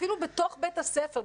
אפילו בתוך בית הספר,